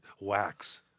wax